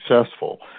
successful